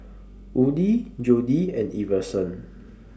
Woodie Jody and Iverson